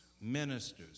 ministers